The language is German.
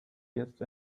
jetzt